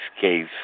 case